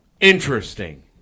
Interesting